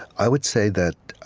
i would say that,